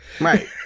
Right